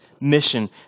mission